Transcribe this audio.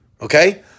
Okay